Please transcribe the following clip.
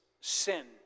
sin